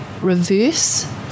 reverse